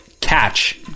catch